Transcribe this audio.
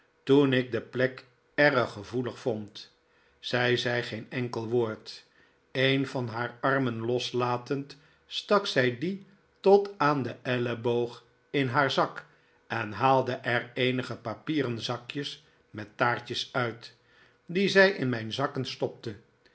toen ik de plek erg gevoelig vond zij zei geen enkel woord een van haar armen loslatend stak zij dien tot aan den elleboog in haar zak en haalde er eenige papieren zakjes met taartjes uit die zij in mijn zakken stopte